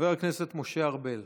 חבר הכנסת משה ארבל,